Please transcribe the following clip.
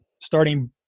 starting